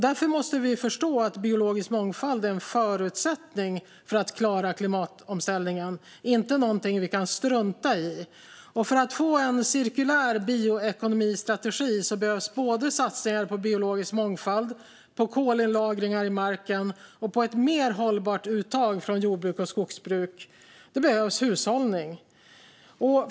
Därför måste vi förstå att biologisk mångfald är en förutsättning för att klara klimatomställningen, inte någonting som vi kan strunta i. För att få en cirkulär bioekonomistrategi behövs satsningar på biologisk mångfald, kolinlagringar i marken och ett mer hållbart uttag från jordbruk och skogsbruk. Det behövs hushållning.